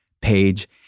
page